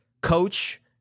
coach